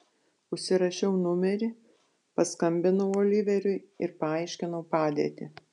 užsirašiau numerį paskambinau oliveriui ir paaiškinau padėtį